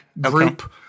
group